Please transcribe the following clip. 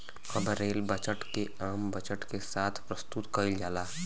अब rail budget के आम बजट के साथ प्रसतुत कईल जाला